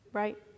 right